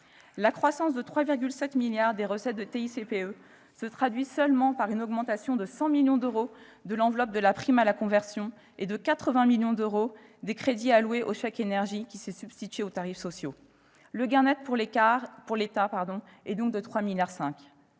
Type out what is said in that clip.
La croissance de 3,7 milliards d'euros des recettes de TICPE se traduit seulement par une augmentation de 100 millions d'euros de l'enveloppe de la prime à la conversion et de 80 millions d'euros des crédits alloués au chèque énergie qui s'est substitué aux tarifs sociaux. Le gain net pour l'État est donc de 3,5 milliards